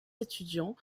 étudiants